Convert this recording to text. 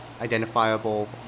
identifiable